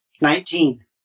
Nineteen